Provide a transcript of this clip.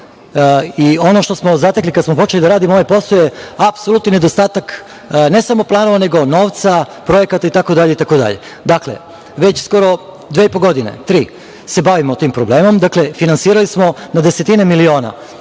Ono što smo zatekli kada smo počeli da radimo ovaj posao je apsolutni nedostatak, ne samo planova, nego novca, projekata, itd. Dakle, već skoro dve i po godine, tri se bavimo tim problemom. Finansirali smo na desetine miliona